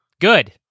Good